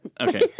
Okay